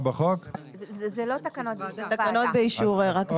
זה לא תקנות באישור ועדה.